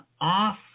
off